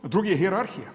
Drugi je hijerarhija.